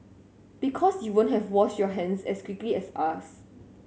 because you won't have washed your hands as quickly as us